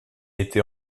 était